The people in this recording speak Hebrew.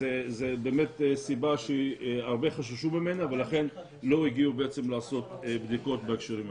זו סיבה שהרבה חששו ממנה ולכן לא הגיעו לעשות בדיקות בהקשרים האלה.